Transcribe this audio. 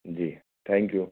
ji thank you